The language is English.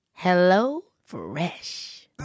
HelloFresh